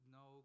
no